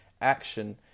action